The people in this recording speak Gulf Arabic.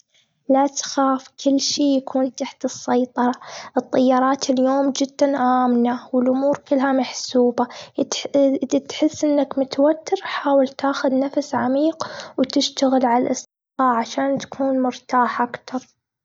لا تخاف، كل شي يكون تحت السيطرة. الطيارات اليوم جداً آمنة، والأمور كلها محسوبة. إذ إذا تحس إنك متوتر، حاول تاخد نفس عميق وتشتغل على الأسباب علشان تكون مرتاح اكثر.